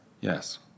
Yes